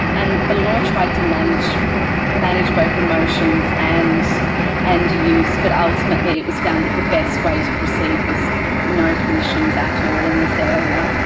and the law tried to manage manage both emotions and and use, but ultimately it was found that the best way to proceed was no permissions at all in this area.